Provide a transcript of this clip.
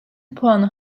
puanı